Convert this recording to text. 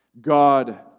God